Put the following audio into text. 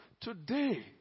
Today